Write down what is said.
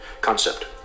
concept